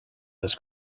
this